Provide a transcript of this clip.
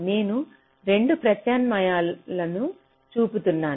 నేను 2 ప్రత్యామ్నాయాలను చూపుతున్నాను